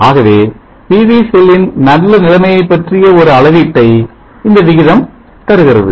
ஆகவே PV செல்லின் நல்ல நிலைமையை பற்றிய ஒரு அளவீட்டை இந்த விகிதம் தருகிறது